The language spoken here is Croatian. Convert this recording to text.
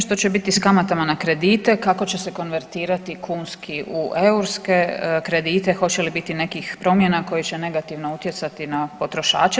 Što će biti s kamatama na kredite, kako će se konvertirati kunski u eurske kredite, hoće li biti nekih promjena koje će negativno utjecati na potrošače?